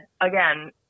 again